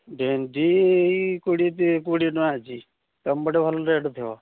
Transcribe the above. ଭେଣ୍ଡି ଏଇ କୋଡ଼ିଏ ତିରିଶି କୋଡ଼ିଏ ଟଙ୍କା ଅଛି ତୁମ ପଟେ ଭଲ ରେଟ୍ ଥିବ